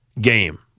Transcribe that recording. game